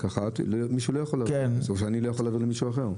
--- ואני לא יכול להעביר למישהו אחר.